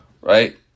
Right